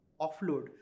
offload